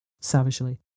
savagely